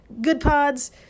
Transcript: GoodPods